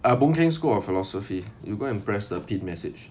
uh boon keng school of philosophy you go and press the pinned message